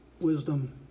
wisdom